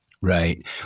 Right